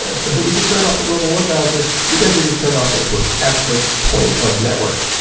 and so we just turned off the global load balancer. we basically just turned off facebook at the point of network,